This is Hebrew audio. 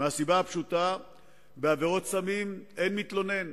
מהסיבה הפשוטה שבעבירות סמים אין מתלונן: